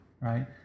Right